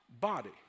body